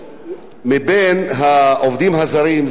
זה הנתונים רק מלפני שנה,